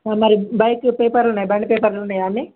మరి bike paper ఉన్నాయా bike పపర్లున్నాయా అన్ని